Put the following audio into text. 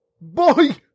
Boy